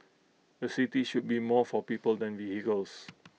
A city should be more for people than vehicles